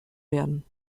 werden